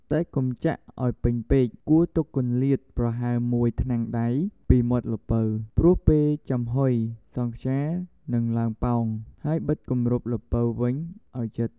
តែកុំចាក់ឲ្យពេញពេក គួរទុកគម្លាតប្រហែល ១ ថ្នាំងដៃពីមាត់ល្ពៅ ព្រោះពេលចំហុយ សង់ខ្យានឹងឡើងប៉ោង ហើយបិទគម្របល្ពៅវិញឲ្យជិត។